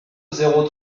zéro